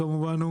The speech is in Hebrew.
כמובן,